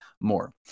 more